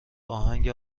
آهنگ